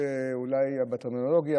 אולי זה בטרמינולוגיה,